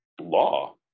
law